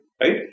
right